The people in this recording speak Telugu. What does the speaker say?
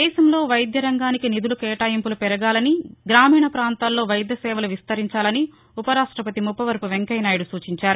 దేశంలో వైద్య రంగానికి నిధుల కేటాయింపులు పెరగాలని గ్రామీణ పాంతాలలో వైద్య సేవలు విస్తరించాలని ఉపరాష్టపతి ముప్పవరపు వెంకయ్య నాయుడు సూచించారు